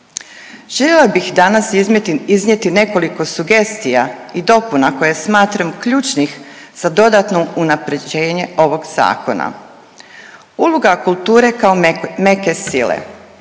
Željela bih danas iznijeti nekoliko sugestija i dopuna koje smatram ključnih za dodatno unapređenje ovog zakona. Uloga kulture kao meke sile,